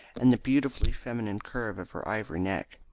and the beautifully feminine curve of her ivory neck.